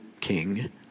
king